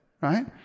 right